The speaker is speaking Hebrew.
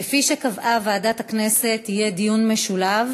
כפי שקבעה ועדת הכנסת, יהיה דיון משולב